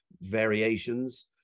variations